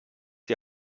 die